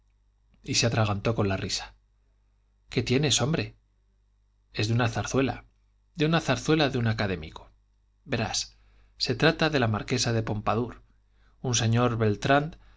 y se atragantó con la risa qué tienes hombre es de una zarzuela de una zarzuela de un académico verás se trata de la marquesa de pompadour un señor beltrand